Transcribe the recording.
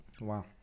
Wow